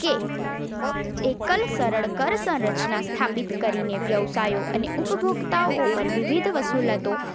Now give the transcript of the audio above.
કે એકલ સરળ કર સંરચના સ્થાપિત કરીને વ્યવસાયો અને ઉપભોક્તાઓ ઉપર વિવિધ વસુલાતો